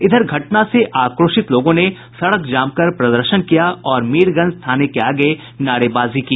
इधर घटना से आक्रोशित लोगों ने सड़क जाम कर प्रदर्शन किया और मीरगंज थाने के आगे नारेबाजी की